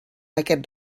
aquest